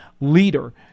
leader